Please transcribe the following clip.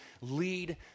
lead